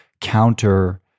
counter